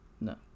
No